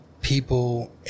people